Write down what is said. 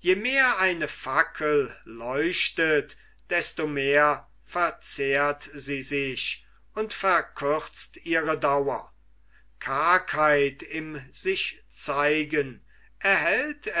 je mehr eine fackel leuchtet desto mehr verzehrt sie sich und verkürzt ihre dauer kargheit im sichzeigen erhält